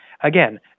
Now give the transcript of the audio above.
again